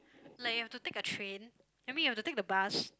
like you have to take a train I mean you have to take the bus